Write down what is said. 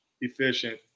efficient